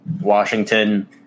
Washington